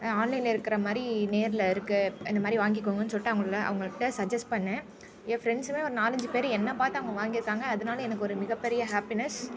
ஆன்லைனில் இருக்கிற மாதிரி நேரில் இருக்குது இந்த மாதிரி வாங்கிக்கோங்கன்னு சொல்லிட்டு அவங்களை அவங்கள்கிட்ட சஜெஸ்ட் பண்ணிணேன் என் ஃப்ரெண்ட்ஸுமே ஒரு நாலஞ்சு பேர் என்னை பார்த்து அவங்க வாங்கியிருக்காங்க அதனால எனக்கு ஒரு மிகப்பெரிய ஹேப்பினஸ்